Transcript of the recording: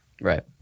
right